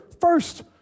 first